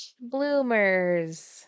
Bloomers